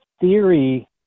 theory